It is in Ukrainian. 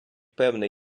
певне